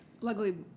luckily